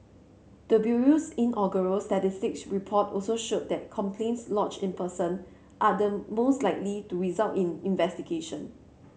the bureau's inaugural statistics report also showed that complaints lodged in person are the most likely to result in investigation